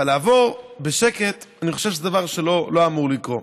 אבל לעבור בשקט, אני חוזר שזה דבר שלא אמור לקרות.